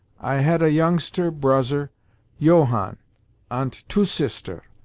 i had a youngster broser johann ant two sister,